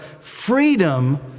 freedom